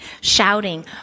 shouting